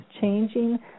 Changing